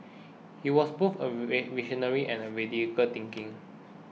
he was both a V visionary and a radical thinking